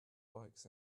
bikes